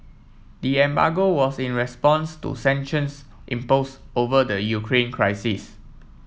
the embargo was in response to sanctions impose over the Ukraine crisis